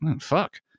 fuck